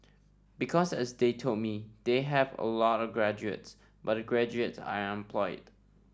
because as they told me they have a lot of graduates but the graduates are unemployed